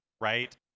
right